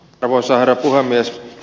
arvoisa herra puhemies